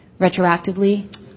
retroactively